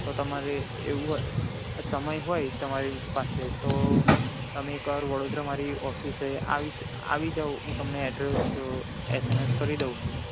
તો તમારે એવું હો સમય હોય તમારી પાસે તો તમે એક વાર વડોદરા મારી ઓફિસે આવી જાઓ હું તમને એડ્રેસ એસએમએસ કરી દઉં છું